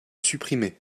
supprimer